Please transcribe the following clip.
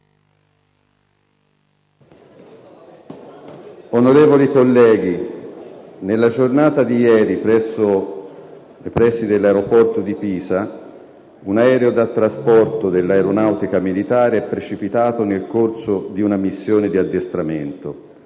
Onorevoli colleghi, nella giornata di ieri, nei pressi dell'aeroporto di Pisa, un aereo da trasporto dell'Aeronautica militare è precipitato nel corso di una missione di addestramento,